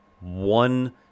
one